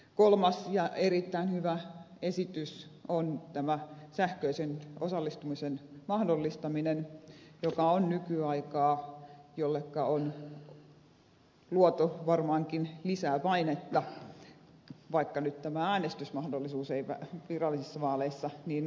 kolmas ja erittäin hyvä esitys on tämä sähköisen osallistumisen mahdollistaminen joka on nykyaikaa jolleka on luotu varmaankin lisää painetta vaikka nyt tämä äänestysmahdollisuus ei virallisissa vaaleissa niin onnistunutkaan